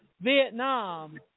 Vietnam